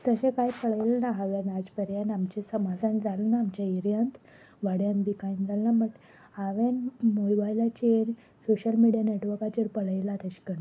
तशें कांय पळयलें ना हांवें आज पर्यान आमच्या समाजान जालं ना आमच्या एरियंत वाड्यान बी कांय जाले ना बट हांवें मोबायलाचेर सोशल मिडिया नेटवर्काचेर पळयलां तेशें करन